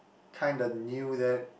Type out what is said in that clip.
kinda knew that